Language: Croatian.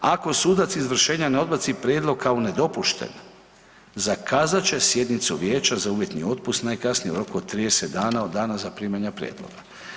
Ako sudac izvršenja ne odbaci prijedlog kao nedopušten zakazat će sjednicu vijeća za uvjetni otpust najkasnije u roku od 30 dana od dana zaprimanja prijedloga.